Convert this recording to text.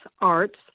arts